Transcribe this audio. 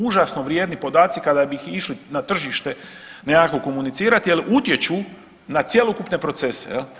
Užasno vrijedni podaci kada bi išli na tržište nekako komunicirati, jer utječu na cjelokupne procese.